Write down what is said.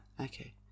Okay